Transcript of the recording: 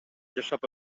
жашап